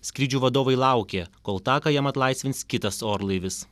skrydžių vadovai laukė kol taką jam atlaisvins kitas orlaivis